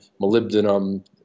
molybdenum